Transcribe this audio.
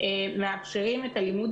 טכנולוגיים לילדים